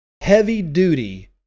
heavy-duty